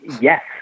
Yes